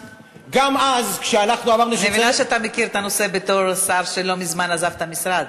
אני מבינה שאתה מכיר את הנושא בתור שר שלא מזמן עזב את המשרד.